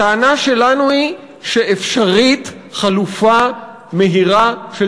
הטענה שלנו היא שאפשרית חלופה מהירה של